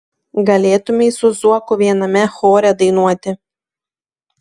galėtumei su zuoku viename chore dainuoti